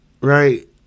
right